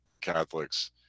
Catholics